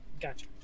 Gotcha